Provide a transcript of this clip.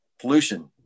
pollution